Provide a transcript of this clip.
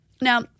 Now